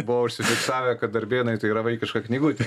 buvo užsifiksavę kad darbėnai tai yra vaikiška knygutė